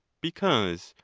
because,